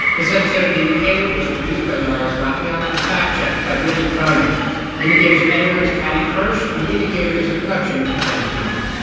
this episode of the indicator was produced by darius rafieyan and fact-checked by brittany cronin. the indicator's editor is paddy hirsch, and the indicator is a production of npr